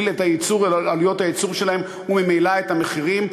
את עלויות הייצור שלהם וממילא את המחירים,